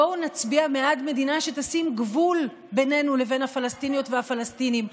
בואו נצביע בעד מדינה שתשים גבול בינינו לבין הפלסטיניות והפלסטינים,